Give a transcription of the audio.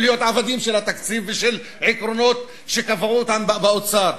להיות עבדים של התקציב בשל עקרונות שקבעו באוצר.